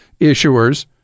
issuers